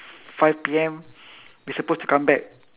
five P_M we supposed to come back